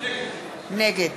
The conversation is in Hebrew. נגד